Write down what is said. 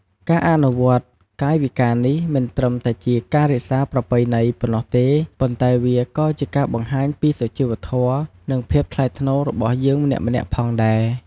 ការអនុវត្តកាយវិការនេះ មិនត្រឹមតែជាការរក្សាប្រពៃណីប៉ុណ្ណោះទេ ប៉ុន្តែវាក៏ជាការបង្ហាញពីសុជីវធម៌ និងភាពថ្លៃថ្នូររបស់យើងម្នាក់ៗផងដែរ។